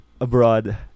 abroad